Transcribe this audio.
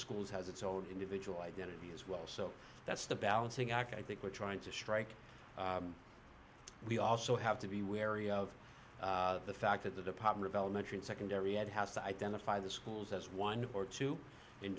schools has its own individual identity as well so that's the balancing act i think we're trying to strike we also have to be wary of the fact that the department of elementary and secondary ed has to identify the schools as one or two in